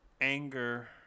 anger